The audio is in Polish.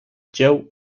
dzieł